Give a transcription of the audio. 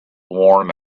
warm